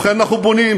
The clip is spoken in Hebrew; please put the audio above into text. ובכן, אנחנו בונים,